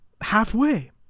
Halfway